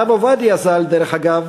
הרב עובדיה ז"ל, דרך אגב,